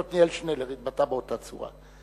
עתניאל שנלר התבטא באותה צורה.